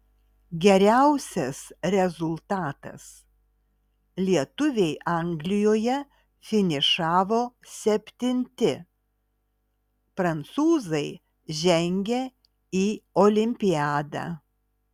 geriausias rezultatas lietuviai anglijoje finišavo septinti prancūzai žengė į olimpiadą